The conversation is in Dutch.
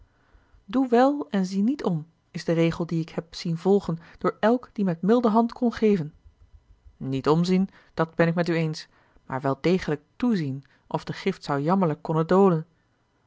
doe wel en zie niet om is de regel dien ik heb zien volgen door elk die met milde hand kon geven niet omzien dat ben ik met u eens maar wel degelijk toezien of de gift zou jammerlijk konnen dolen